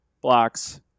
blocks